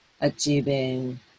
achieving